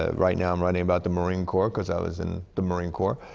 ah right now i'm writing about the marine corps, cuz i was in the marine corps.